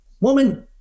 woman